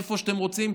איפה שאתם רוצים,